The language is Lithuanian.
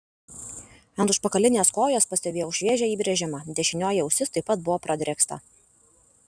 ant užpakalinės kojos pastebėjau šviežią įbrėžimą dešinioji ausis taip pat buvo pradrėksta